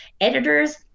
editors